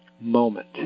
moment